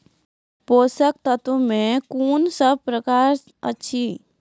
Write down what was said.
पोसक तत्व मे कून सब प्रकार अछि?